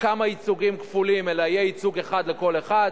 כמה ייצוגים כפולים, אלא יהיה ייצוג אחד לכל אחד.